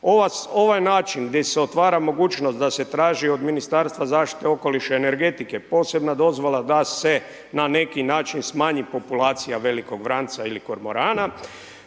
Ovaj način gdje se otvara mogućnost da se traži od Ministarstva zaštite okoliša i energetike posebna dozvola da se na neki način smanji populacija velikog vranca ili kormorana